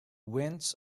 winds